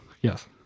Yes